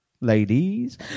ladies